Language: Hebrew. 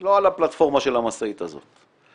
לא על הפלטפורמה של המשאית הזאת.